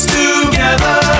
together